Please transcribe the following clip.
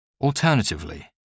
alternatively